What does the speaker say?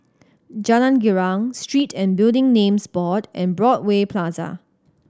Jalan Girang Street and Building Names Board and Broadway Plaza